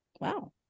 wow